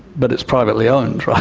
but it's privately owned.